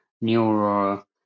neural